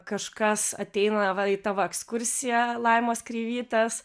kažkas ateina į tavo ekskursiją laimos kreivytės